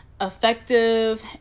Effective